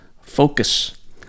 focus